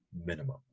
minimum